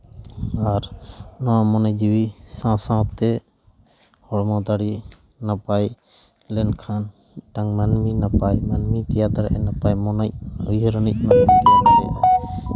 ᱟᱨ ᱱᱚᱣᱟ ᱢᱚᱱᱮ ᱡᱤᱣᱤ ᱥᱟᱶ ᱥᱟᱶᱛᱮ ᱦᱚᱲᱢᱚ ᱫᱟᱲᱮ ᱱᱟᱯᱟᱭ ᱞᱮᱱᱠᱷᱟᱱ ᱢᱤᱫᱴᱟᱝ ᱢᱟᱹᱱᱢᱤ ᱱᱟᱯᱟᱭ ᱢᱟᱹᱱᱢᱤ ᱛᱮᱭᱟᱨ ᱫᱟᱲᱮᱭᱟᱜ ᱟᱭ ᱱᱟᱯᱟᱭ ᱢᱚᱱᱮᱭᱤᱡ ᱩᱭᱦᱟᱹᱨ ᱟᱱᱤᱡ